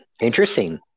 Interesting